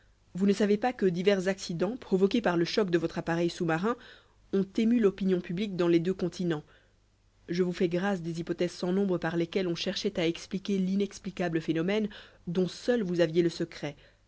vous ne savez pas que divers accidents provoqués par le choc de votre appareil sous-marin ont ému l'opinion publique dans les deux continents je vous fais grâce des hypothèses sans nombre par lesquelles on cherchait à expliquer l'inexplicable phénomène dont seul vous aviez le secret